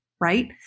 right